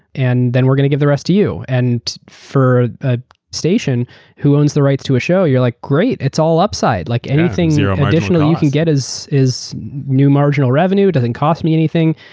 and then we're going to give the rest to you. and for a station who owns the rights to a show, you're like great, it's all upside. like anything additional you can get is is new marginal revenue, it doesn't cost me anything.